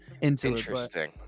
Interesting